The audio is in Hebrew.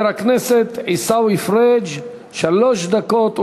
חבר הכנסת עיסאווי פריג' שלוש דקות,